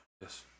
Yes